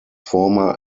former